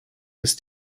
ist